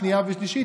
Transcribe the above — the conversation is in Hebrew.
שנייה ושלישית,